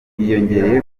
yiyongereye